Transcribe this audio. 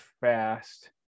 fast